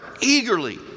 eagerly